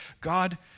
God